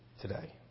today